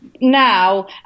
now